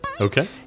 okay